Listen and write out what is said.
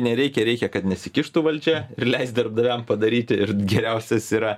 nereikia reikia kad nesikištų valdžia ir leist darbdaviam padaryti ir geriausias yra